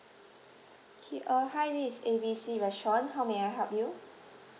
K uh hi this is A B C restaurant how may I help you